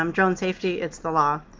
um drone safety it's the law.